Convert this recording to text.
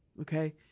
Okay